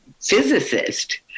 physicist